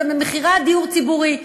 ומכירת דיור ציבורי,